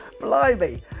Blimey